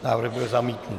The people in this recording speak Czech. Návrh byl zamítnut.